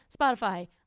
Spotify